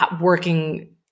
working